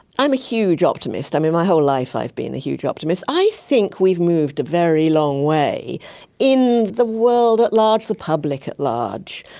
i'm a huge optimist. i mean, my whole life i've been a huge optimist. i think we've moved a very long way in the world at large, the public at large.